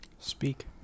Speak